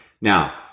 Now